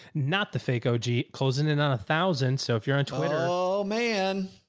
notthefakeog closing in on a thousand. so if you're on twitter. oh man.